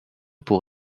pour